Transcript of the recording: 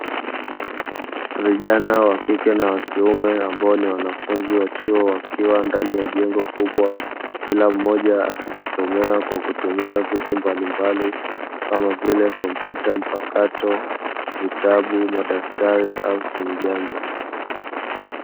Vijana wa kike na wa kiume ambao ni wanafunzi wa chuo, wakiwa ndani ya jengo kubwa kila mmoja akijisomea kwa kutumia vitu mbalimbali kama vile kompyuta mpakato, vitabu, madaftari, au simu janja.